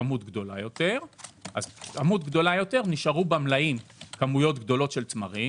כמות גדולה יותר אז נשארו במלאי כמויות גדולות של תמרים.